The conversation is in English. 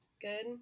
good